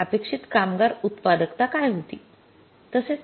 आणि अपेक्षित कामगार उत्पादकता काय होती